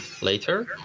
later